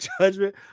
judgment